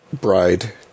bride